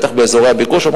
בטח באזורי הביקוש.